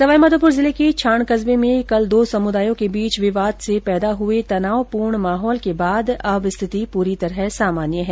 सवाईमाधोपुर जिले के छाण कस्बे में कल दो समुदायों के बीच विवाद से पैदा हुए तनावपूर्ण माहौल के बाद अब स्थिति पूरी तरह सामान्य है